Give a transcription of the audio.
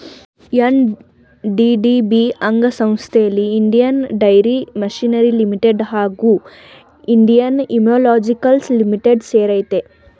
NDDB ಅಂಗಸಂಸ್ಥೆಲಿ Indian dairy machinery limited ಹಾಗೂ Indian immunologicals limited ಸೇರಯ್ತೆ